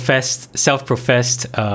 self-professed